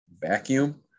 vacuum